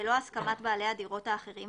בלא הסכמת בעלי הדירות האחרים,